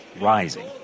rising